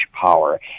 power